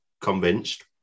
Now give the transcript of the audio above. convinced